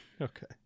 Okay